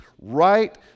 right